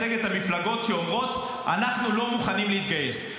מייצג את המפלגות שאומרות: אנחנו לא מוכנים להתגייס.